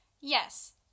Yes